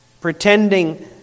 pretending